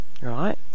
right